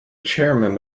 chairman